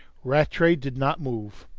rattray did not move.